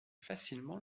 facilement